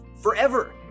forever